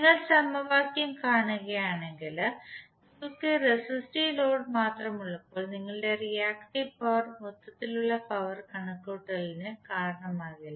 നിങ്ങൾ സമവാക്യം കാണുകയാണെങ്കിൽ നിങ്ങൾക്ക് റെസിസ്റ്റീവ് ലോഡ് മാത്രമുള്ളപ്പോൾ നിങ്ങളുടെ റിയാക്ടീവ് പവർ മൊത്തത്തിലുള്ള പവർ കണക്കുകൂട്ടലിന് കാരണമാകില്ല